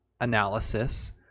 analysis